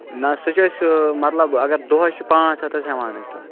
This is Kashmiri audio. نہَ سُہ چھِ أسۍ مطلب اَگر دۄہَس چھِ پانٛژھ ہَتھ حظ ہٮ۪وان أسۍ تَتھ